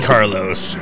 Carlos